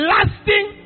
Lasting